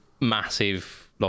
massive